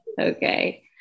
Okay